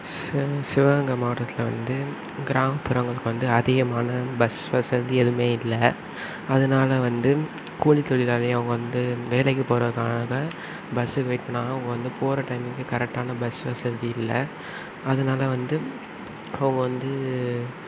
சிவகங் சிவகங்கை மாவட்டத்தில் வந்து கிராமப்புறங்களுக்கு வந்து அதிகமான பஸ் வசதி எதுவுமே இல்லை அதனால வந்து கூலி தொழிலாளியாக அவங்க வந்து வேலைக்கு போறதுகாக பஸ்ஸு வெயிட் பண்ணாங்கன்னால் அவங்க வந்து போகிற டைமுக்கு கரெக்டான பஸ் வசதி இல்லை அதனால வந்து அவங்க வந்து